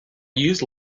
use